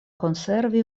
konservi